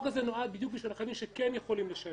כשהוא משלם